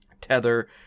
Tether